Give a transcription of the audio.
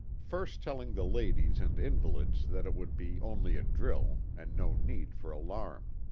first telling the ladies and invalids that it would be only a drill, and no need for alarm.